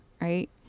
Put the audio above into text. right